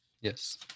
Yes